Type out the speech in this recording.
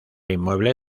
inmueble